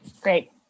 Great